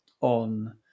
on